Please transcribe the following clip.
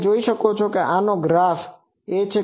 તમે જોઈ શકો છો કે આ ગ્રાફGraphઆલેખ છે